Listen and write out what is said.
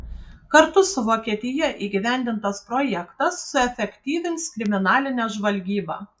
kartu su vokietija įgyvendintas projektas suefektyvins kriminalinę žvalgybą